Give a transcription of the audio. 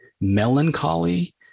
melancholy